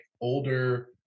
older